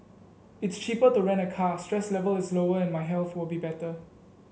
it's cheaper to rent a car stress level is lower and my health will be better